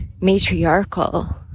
matriarchal